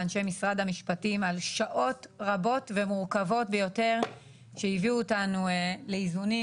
לאנשי משרד המשפטים על שעות רבות ומורכבות ביותר שהביאו אותנו לאיזונים